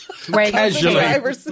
Casually